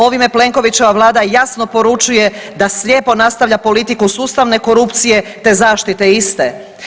Ovime Plenkovićeva Vlada jasno poručuje da slijepo nastavlja politiku sustavne korupcije, te zaštite iste.